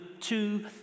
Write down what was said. two